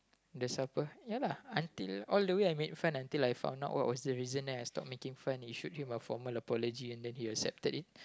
the supper ya lah until all the way I made friend until I found out what was the reason then I stopped making friend issued him a formal apology and then he accepted it